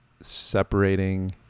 separating